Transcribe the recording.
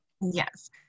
Yes